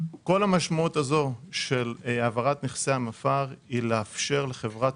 כל המשמעות של העברת נכסי המפא"ר היא לאפשר לחברת